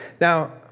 Now